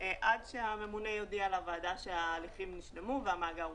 עד שהממונה יודיע לוועדה שההליכים הושלמו והמאגר הוקם.